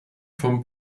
vom